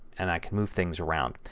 and i can move things around.